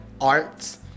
arts